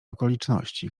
okoliczności